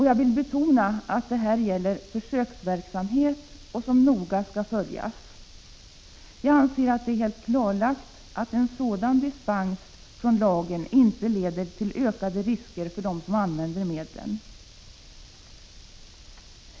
Jag vill betona att det här gäller försöksverksamhet, som noga skall följas. Jag anser att det är helt klarlagt att en sådan dispens från lagen inte leder till ökade risker för dem som använder medlen.